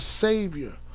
Savior